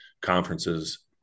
conferences